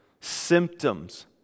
symptoms